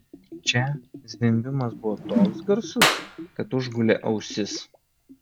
čia zvimbimas buvo toks garsus kad užgulė ausis